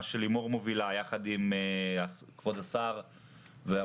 מה שלימור לוריא מובילה ביחד עם כבוד השר והמנכ"ל,